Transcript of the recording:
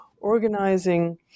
organizing